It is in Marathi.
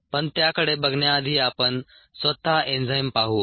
पण त्याकडे बघण्याआधी आपण स्वतः एन्झाईम पाहू